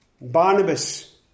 Barnabas